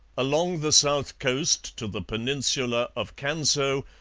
along the south coast to the peninsula of canso,